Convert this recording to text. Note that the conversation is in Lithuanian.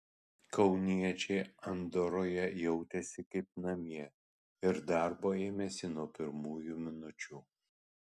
kauniečiai andoroje jautėsi kaip namie ir darbo ėmėsi nuo pirmųjų minučių